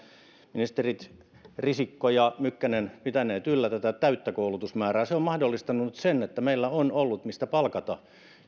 ministerit risikko ja mykkänen pitäneet yllä tätä täyttä koulutusmäärää se on mahdollistanut sen että meillä on ollut mistä palkata